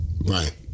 Right